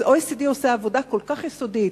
ה-OECD עושה עבודה כל כך יסודית